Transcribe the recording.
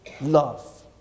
love